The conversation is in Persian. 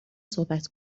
صحبت